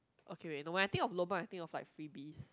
okay wait no when I think of lobang I think of like freebies